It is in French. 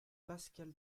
pascal